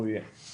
פה יהיה כך וכך,